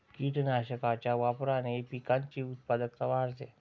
कीटकनाशकांच्या वापराने पिकाची उत्पादकता वाढते